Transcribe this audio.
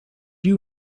you